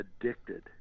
addicted